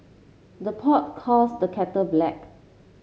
the pot calls the kettle black